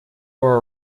our